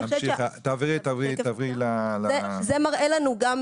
זה מראה לנו גם